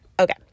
Okay